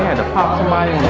to pop somebody